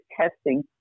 testing